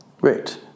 Great